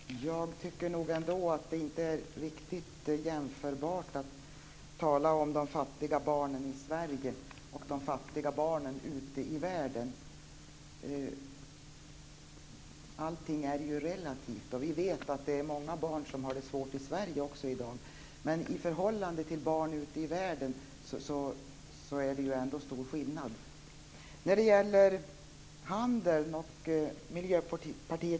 Herr talman! Jag tycker nog ändå att man inte riktigt kan jämföra de fattiga barnen i Sverige med de fattiga barnen ute i världen. Allting är ju relativt. Vi vet att många barn i dag har det svårt i Sverige, men i förhållande till barn ute i världen är det ändå stor skillnad.